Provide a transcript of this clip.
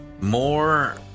more